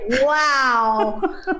wow